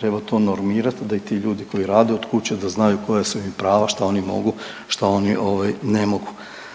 treba to normirati da i ti ljudi koji rade od kuće da znaju koja su im prava, šta oni mogu, šta oni ovaj ne mogu.